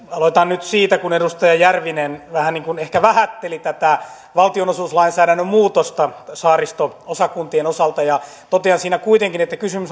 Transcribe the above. aloitan nyt siitä kun edustaja järvinen vähän ehkä vähätteli tätä valtionosuuslainsäädännön muutosta saaristo osakuntien osalta totean siinä kuitenkin että kysymys